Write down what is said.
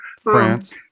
France